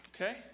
Okay